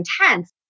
intense